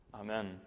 amen